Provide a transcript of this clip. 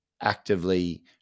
actively